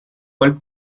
quel